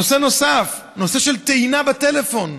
נושא נוסף, נושא של טעינה בטלפון.